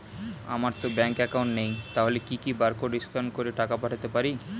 আমারতো bank account নেই তাহলে কি কি বারকোড স্ক্যান করে টাকা পাঠাতে পারি?